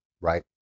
right